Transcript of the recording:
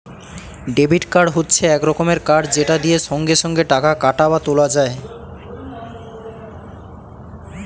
debit card হচ্ছে এক রকমের কার্ড যেটা দিয়ে সঙ্গে সঙ্গে টাকা কাটা বা তোলা যায়